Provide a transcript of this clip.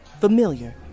familiar